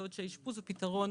בעוד שהאשפוז הוא פתרון